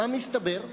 מה מסתבר?